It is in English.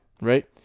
Right